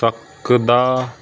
ਸਕਦਾ